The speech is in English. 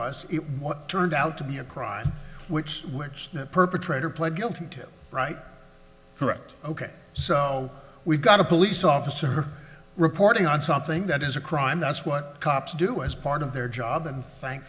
what turned out to be a crime which the perpetrator pled guilty to right correct ok so we've got a police officer reporting on something that is a crime that's what cops do as part of their job and thank